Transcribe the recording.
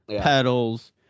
pedals